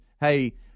hey